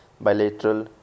bilateral